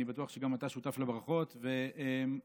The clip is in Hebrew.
אני בטוח שגם אתה שותף לברכות, ואני